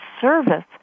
service